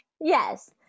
Yes